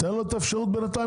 תן לו את האפשרות לעבוד בינתיים,